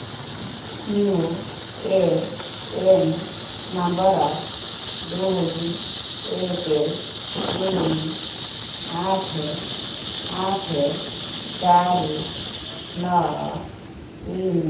you A N number ଦୁଇ ଏକ ଦୁଇ ଆଠ ଆଠ ଚାରି ନଅ ତିନି